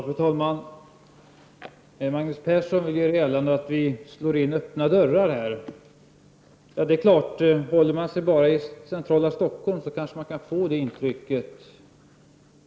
Fru talman! Magnus Persson vill göra gällande att vi slår in öppna dörrar här. Om man bara håller sig i centrala Stockholm kan man kanske få det intrycket.